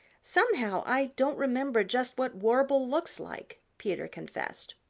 somehow i don't remember just what warble looks like, peter confessed.